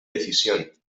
decisión